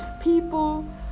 people